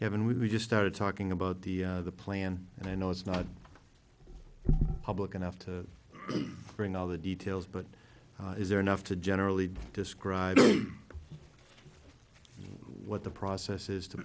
kevin we just started talking about the plan and i know it's not public enough to bring all the details but is there enough to generally describe what the process is to